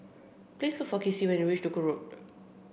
please look for Kacey when you reach Duku Road